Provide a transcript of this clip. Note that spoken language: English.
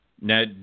Now